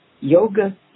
Yoga